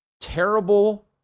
terrible